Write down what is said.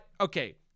okay